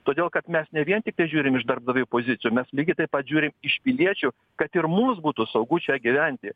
todėl kad mes ne vien tiktai žiūrim iš darbdavių pozicijų mes lygiai taip pat žiūrim iš piliečių kad ir mums būtų saugu čia gyventi